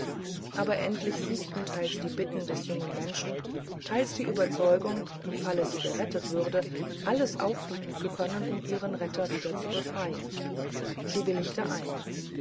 aber endlich siegten teils die bitten des jungen menschen teils die überzeugung im fall sie gerettet würde allem aufbieten zu können um ihren retter wieder zu befreien sie willigte ein